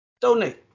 Donate